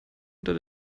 unter